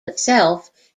itself